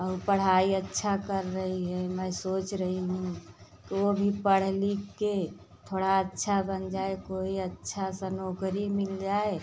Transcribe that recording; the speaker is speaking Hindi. और पढ़ाई अच्छा कर रही है मैं सोच रही हूँ कि वो भी पढ़ लिख के थोड़ा अच्छा बन जाए कोई अच्छा सा नौकरी मिल जाए